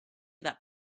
that